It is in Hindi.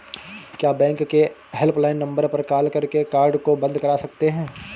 क्या बैंक के हेल्पलाइन नंबर पर कॉल करके कार्ड को बंद करा सकते हैं?